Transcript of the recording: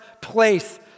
place